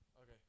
Okay